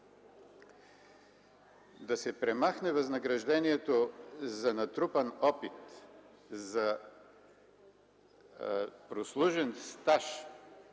Да се премахне възнаграждението за натрупан опит, за прослужен стаж,